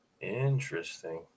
Interesting